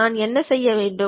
நான் என்ன செய்ய வேண்டும்